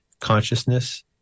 consciousness